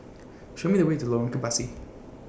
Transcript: Show Me The Way to Lorong Kebasi